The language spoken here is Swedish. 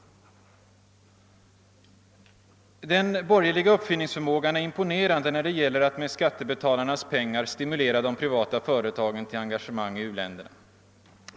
Den borgerliga uppfinningsförmågan är imponerande när det gäller att med skattebetalarnas pengar stimulera de privata företagen till engagemang i uländerna.